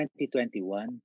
2021